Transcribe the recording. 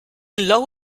low